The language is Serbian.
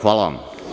Hvala vam.